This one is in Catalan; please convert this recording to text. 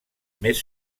més